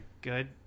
good